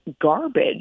garbage